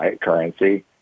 currency